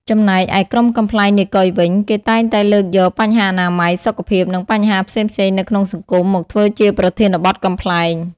ចំណែកឯក្រុមកំប្លែងនាយកុយវិញ គេតែងតែលើកយកបញ្ហាអនាម័យ សុខភាព និងបញ្ហាផ្សេងៗនៅក្នុងសង្គមមកធ្វើជាប្រធានបទកំប្លែង។